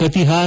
Katihar